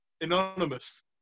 Anonymous